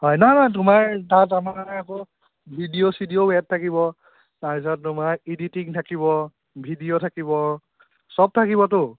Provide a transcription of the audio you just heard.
হয় নহয় নহয় তোমাৰ তাত আমাৰ আকৌ ভিডিঅ' চিডিঅ' এড থাকিব তাৰপিছত তোমাৰ ইডিটিং থাকিব ভিডিঅ' থাকিব চব থাকিবতো